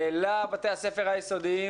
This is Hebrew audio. לבתי הספר היסודיים